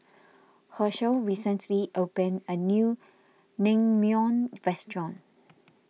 Hershel recently opened a new Naengmyeon restaurant